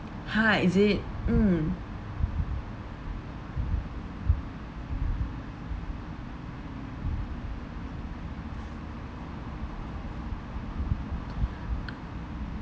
!huh! is it mm